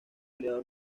goleador